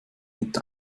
mit